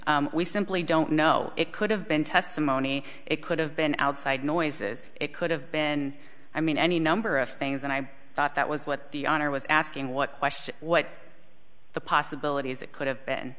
been we simply don't know it could have been testimony it could have been outside noises it could have been i mean any number of things and i thought that was what the honor was asking what question what the possibilities it could have been